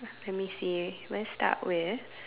let me see let's start with